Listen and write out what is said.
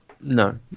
No